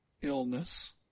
illness